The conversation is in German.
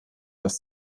das